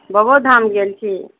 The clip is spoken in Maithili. बबोधाम गेल छी